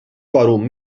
quòrum